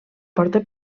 porta